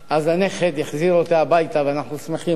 אז הנכד החזיר אותה הביתה ואנחנו שמחים על כך,